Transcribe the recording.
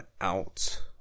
out